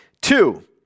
Two